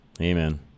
Amen